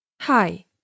Hi